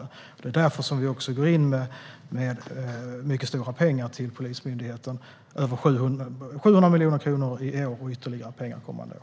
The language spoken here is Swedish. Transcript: Det är också därför som vi går in med mycket stora pengar till Polismyndigheten - över 700 miljoner i år och ytterligare pengar kommande år.